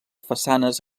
façanes